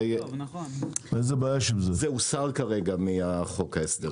זה הוסר כרגע מחוק ההסדרים.